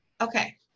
Okay